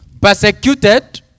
Persecuted